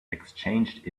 exchanged